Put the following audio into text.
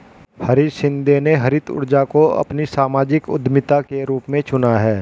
हरीश शिंदे ने हरित ऊर्जा को अपनी सामाजिक उद्यमिता के रूप में चुना है